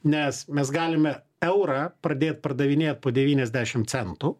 nes mes galime eurą pradėt pardavinėt po devyniasdešimt centų